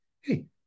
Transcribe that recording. Hey